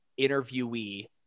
interviewee